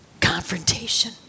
confrontation